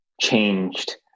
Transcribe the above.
changed